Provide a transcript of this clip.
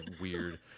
weird